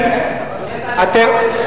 ערבי.